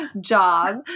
job